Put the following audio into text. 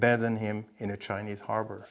better than him in a chinese harbo